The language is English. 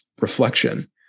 Reflection